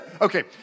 Okay